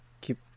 keep